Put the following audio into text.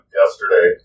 yesterday